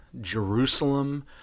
Jerusalem